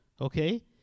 okay